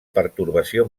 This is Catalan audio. pertorbació